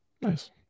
Nice